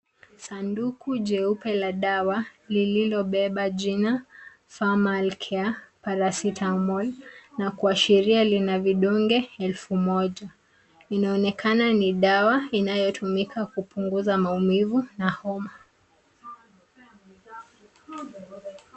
Sanduku jeupe la dawa lililobeba jina Pharmacare Paracetamol na kuashiria lina vidonge elfu moja, inaonekana ni dawa inayotumika kupunguza maumivu na homa.